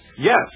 Yes